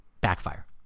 backfire